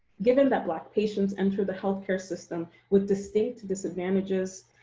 given that black patients enter the healthcare system with distinct disadvantages,